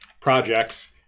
projects